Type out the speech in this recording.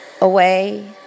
away